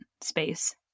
space